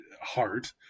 heart